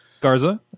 Garza